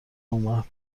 اومد